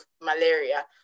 malaria